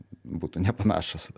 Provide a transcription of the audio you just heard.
būtų nepanašūs